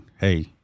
hey